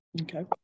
Okay